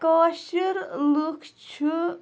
کٲشِر لوٗکھ چھِ